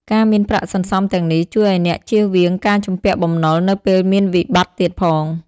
ការមានប្រាក់សន្សំទាំងនេះ ជួយឱ្យអ្នកជៀសវាងការជំពាក់បំណុលនៅពេលមានវិបត្តិទៀតផង។